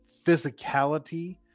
physicality